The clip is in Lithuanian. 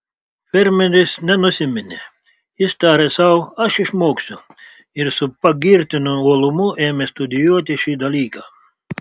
fermeris nenusiminė jis tarė sau aš išmoksiu ir su pagirtinu uolumu ėmė studijuoti šį dalyką